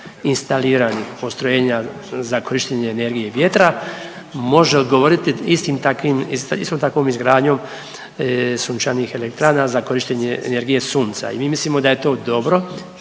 instaliranih postrojenja za korištenje energije vjetra, može odgovoriti istim takvim, istom takvom izgradnjom sunčanih elektrana za korištenje energije sunca i mi mislimo da je to dobro.